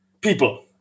people